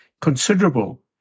considerable